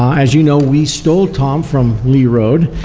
as you know, we stole tom from lee road,